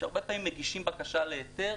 שהרבה פעמים מגישים בקשה להיתר,